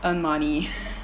and money